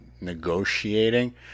negotiating